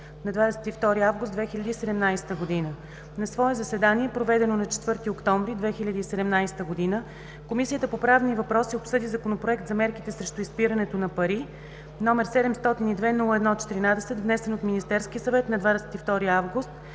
на 22 август 2017 г. На свое заседание, проведено на 4 октомври 2017 г., Комисията по правни въпроси обсъди Законопроект за мерките срещу изпирането на пари, № 702-01-14, внесен от Министерския съвет на 22 август